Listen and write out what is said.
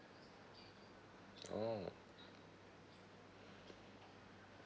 oh